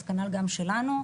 אז כנ"ל גם שלנו.